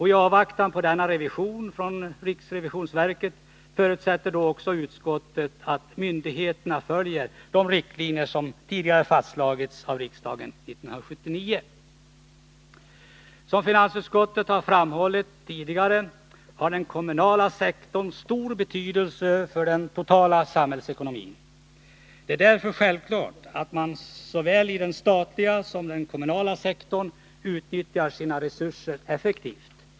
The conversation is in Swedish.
I avvaktan på denna revision från riksrevisionsverket förutsätter utskottet att myndigheterna följer de riktlinjer som fastslagits i riksdagen 1979. Som finansutskottet har framhållit tidigare har den kommunala sektorn stor betydelse för den totala samhällsekonomin. Det är därför självklart att man i såväl den statliga som den kommunala sektorn utnyttjar sina resurser effektivt.